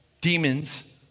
demons